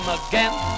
again